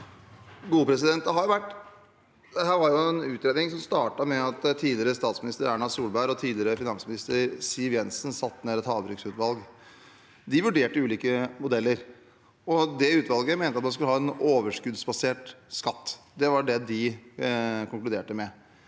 Dette var en utredning som startet med at tidligere statsminister Erna Solberg og tidligere finansminister Siv Jensen satte ned et havbruksutvalg. De vurderte ulike modeller. Det utvalget mente at man skulle ha en overskuddsbasert skatt. Det var det de konkluderte med.